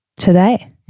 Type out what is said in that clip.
today